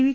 V